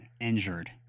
injured